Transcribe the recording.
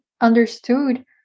understood